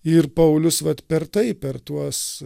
ir paulius vat per tai per tuos